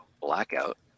blackout